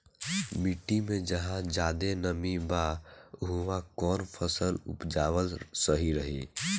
मिट्टी मे जहा जादे नमी बा उहवा कौन फसल उपजावल सही रही?